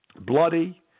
Bloody